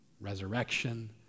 resurrection